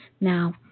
Now